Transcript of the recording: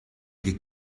che